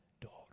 daughter